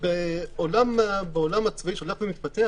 בעולם הצבאי שהולך ומתפתח